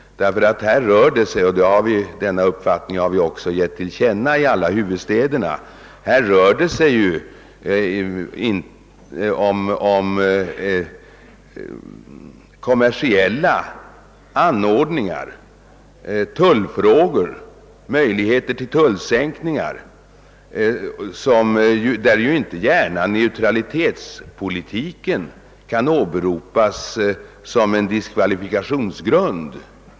Ty här rör det sig — och denna uppfattning har vi också givit till känna i alla de sex huvudstäderna — om kommersiella frågor — exempelvis möjligheter till tullsänkningar — där ju inte gärna neutralitetspolitiken kan åberopas som en diskvalifikationsgrund.